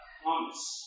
promise